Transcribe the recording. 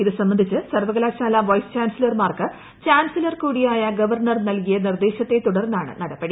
ഇതുസംബന്ധിച്ച് സർവ്വകലാശാല വൈസ് ചാൻസലർമാർക്ക് ചാൻസലർ കൂടിയായ ഗവർണർ നൽകിയ നിർദ്ദേശത്തെ തുടർന്നാണ് നടപടി